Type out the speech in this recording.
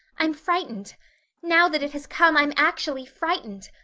i'm frightened now that it has come i'm actually frightened.